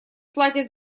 платят